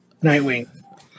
Nightwing